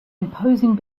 imposing